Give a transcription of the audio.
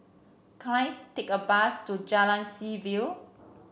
can I take a bus to Jalan Seaview